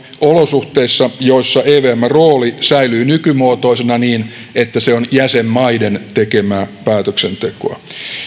olosuhteissa joissa evmn rooli säilyy nykymuotoisena niin että se on jäsenmaiden tekemää päätöksentekoa